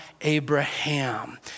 Abraham